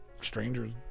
strangers